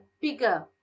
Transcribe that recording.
bigger